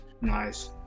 Nice